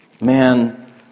man